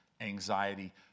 anxiety